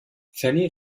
fanny